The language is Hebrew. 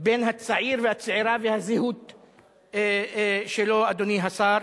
בין הצעיר והצעירה לבין הזהות שלו, אדוני השר.